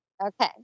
Okay